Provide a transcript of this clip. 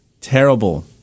terrible